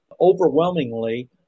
overwhelmingly